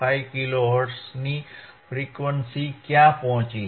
5 kilo હર્ટ્ઝની frequency ક્યાં પહોંચી છે